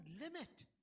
limit